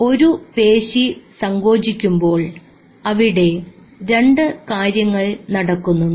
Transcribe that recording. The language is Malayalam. ഒരുപേശി സങ്കോചിക്കുമ്പോൾ അവിടെ രണ്ടു കാര്യങ്ങൾ നടക്കുന്നുണ്ട്